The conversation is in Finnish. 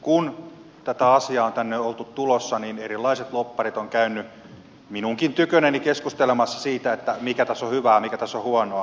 kun tätä asiaa on tänne oltu tuomassa niin erilaiset lobbarit ovat käyneet minunkin tykönäni keskustelemassa siitä mikä tässä on hyvää mikä tässä on huonoa